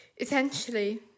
essentially